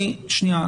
שנייה.